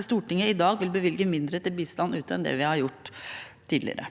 Stortinget i dag vil bevilge mindre til bistand ute enn det vi har gjort tidligere.